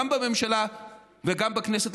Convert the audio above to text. גם בממשלה וגם בכנסת,